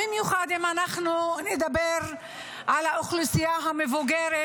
במיוחד אם מדברים על האוכלוסייה המבוגרת